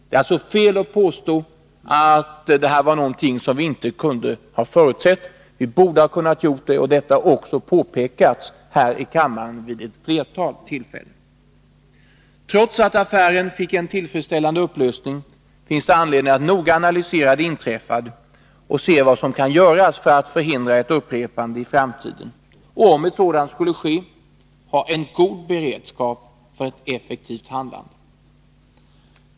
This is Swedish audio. Det är alltså fel att påstå att det här var någonting som vi inte kunde ha förutsett. Vi borde ha kunnat göra det, och detta har också påpekats här i kammaren vid ett flertal tillfällen. Trots att affären fick en tillfredsställande upplösning, finns det all anledning att noga analysera det inträffade och se vad som kan göras för att i framtiden förhindra ett upprepande och, om ett sådant skulle ske, ha god beredskap för ett effektivt handlande.